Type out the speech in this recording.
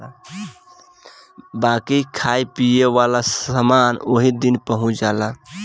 बाकी खाए पिए वाला समान ओही दिन पहुच जाला